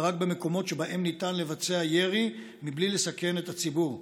ורק במקומות שבהם ניתן לבצע ירי בלי לסכן את הציבור.